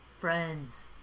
Friends